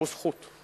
הוא זכות.